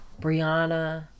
Brianna